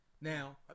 Now